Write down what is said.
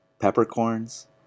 peppercorns